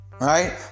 right